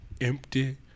empty